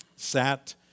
Sat